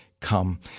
come